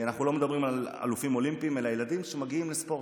אנחנו לא מדברים על אלופים אולימפיים אלא על ילדים שמגיעים לספורט,